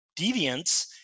deviance